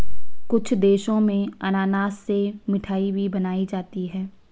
कुछ देशों में अनानास से मिठाई भी बनाई जाती है